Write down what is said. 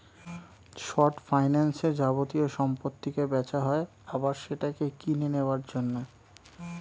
short ফাইন্যান্সে যাবতীয় সম্পত্তিকে বেচা হয় আবার সেটাকে কিনে নেওয়ার জন্য